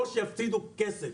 או שיפסידו כסף.